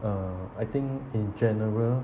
uh I think in general